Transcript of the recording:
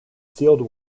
sealed